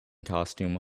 costume